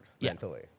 mentally